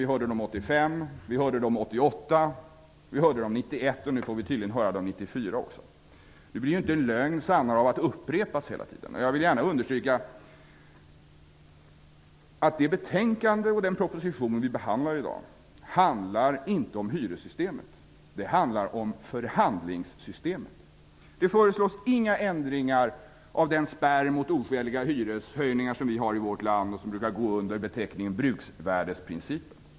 Vi hörde dem år 1985, vi hörde dem år 1988, vi hörde dem år 1991, och nu får vi tydligen höra dem också år 1994. En lögn blir ju inte sannare av att upprepas hela tiden. Det betänkande och den proposition vi i dag behandlar berör inte hyressystemet. De berör förhandlingssystemet. Det föreslås inga ändringar av den spärr mot oskäliga hyreshöjningar som vi har i vårt land, och som brukar gå under beteckningen bruksvärdesprincipen.